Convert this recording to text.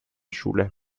schule